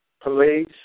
police